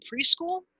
preschool